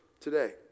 today